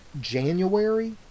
January